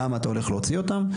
למה אתה הולך להוציא אותם,